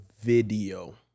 video